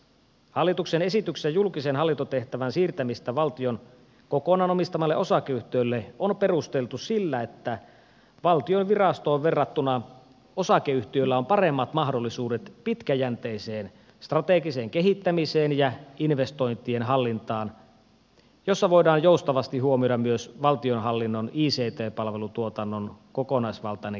hallituksen esityksessä julkisen hallintotehtävän siirtämistä valtion kokonaan omistamalle osakeyhtiölle on perusteltu sillä että valtion virastoon verrattuna osakeyhtiöllä on paremmat mahdollisuudet pitkäjänteiseen strategiseen kehittämiseen ja investointien hallintaan jossa voidaan joustavasti huomioida myös valtionhallinnon ict palvelutuotannon kokonaisvaltainen kehittäminen